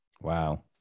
Wow